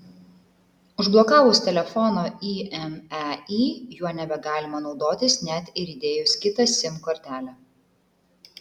užblokavus telefono imei juo nebegalima naudotis net ir įdėjus kitą sim kortelę